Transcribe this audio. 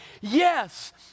yes